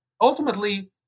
ultimately